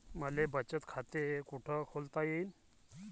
मले बचत खाते कुठ खोलता येईन?